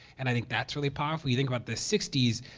and i think that's really powerful. you think about the sixty s,